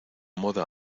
moda